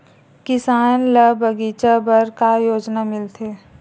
किसान ल बगीचा बर का योजना मिलथे?